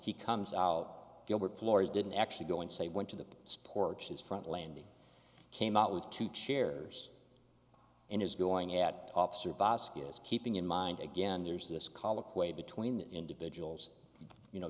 he comes out gilbert floors didn't actually go and say went to the sports his front landing came out with two chairs and is going at officer vasquez keeping in mind again there's this colloquy between individuals you know